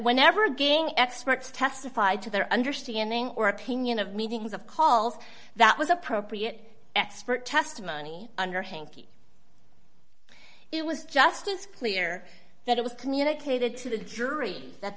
whenever again experts testified to their understanding or opinion of meetings of calls that was appropriate expert testimony under hankie it was just as clear that it was communicated to the jury that